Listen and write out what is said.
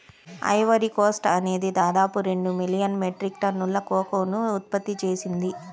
Ivory Coast అనేది దాదాపు రెండు మిలియన్ మెట్రిక్ టన్నుల కోకోను ఉత్పత్తి చేసింది